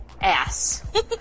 ass